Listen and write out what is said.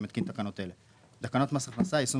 אני מתקין תקנות אלה: תיקון תקנה 10 בתקנות מס הכנסה (יישום